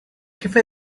jefe